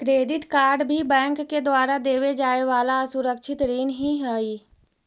credit card भी bank के द्वारा देवे जाए वाला असुरक्षित ऋण ही हइ